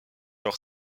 leur